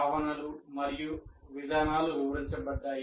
భావనలు మరియు విధానాలు వివరించబడ్డాయి